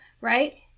right